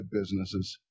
businesses